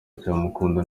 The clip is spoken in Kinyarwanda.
ndacyamukunda